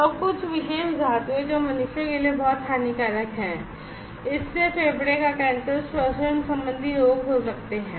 और कुछ विशेष धातुएं जो मनुष्यों के लिए बहुत हानिकारक हैं इससे फेफड़े का कैंसर श्वसन संबंधी रोग हो सकते हैं